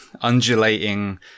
undulating